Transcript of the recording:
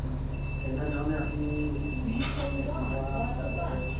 কেনেধৰণে আপুনি এতিয়া কেনেকুৱা কিতাপ লাগে